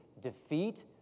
defeat